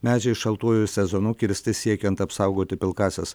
medžiai šaltuoju sezonu kirsti siekiant apsaugoti pilkąsias